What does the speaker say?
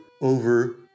over